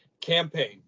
campaign